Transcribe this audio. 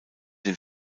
den